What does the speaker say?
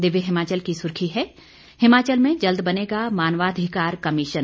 दिव्य हिमाचल की सुर्खी है हिमाचल में जल्द बनेगा मानवाधिकार कमीशन